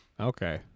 Okay